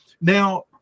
Now